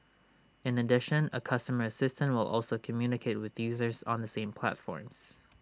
in addition A customer assistant will also communicate with users on the same platforms